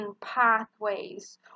pathways